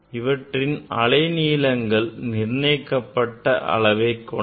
இவற்றின் அலைநீளங்கள் நிர்ணயிக்கப்பட்ட அளவைக் கொண்டவை